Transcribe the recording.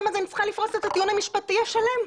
אז אני צריכה לפרוס את הטיעון המשפטי השלם.